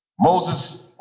Moses